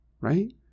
right